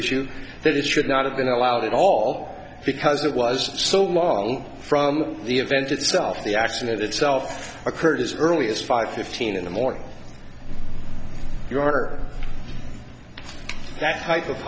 issue that it should not have been allowed at all because it was so long from the event itself the action itself occurred as early as five fifteen in the morning you are that type of